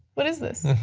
what is this?